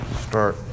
Start